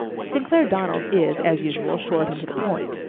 st. clair donnell's is, as usual, short and to the point.